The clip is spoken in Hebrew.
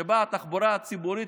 שבה התחבורה הציבורית,